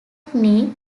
knee